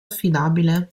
affidabile